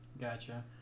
Gotcha